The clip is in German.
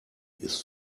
ist